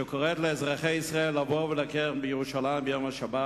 קוראת לאזרחי ישראל לבוא ולבקר בירושלים ביום השבת,